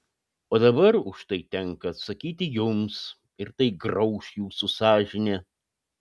o dabar už tai tenka atsakyti jums ir tai grauš jūsų sąžinę